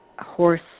horse